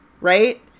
Right